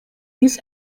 this